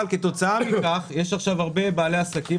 אבל כתוצאה מכך יש עכשיו הרבה בעלי עסקים,